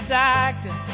doctor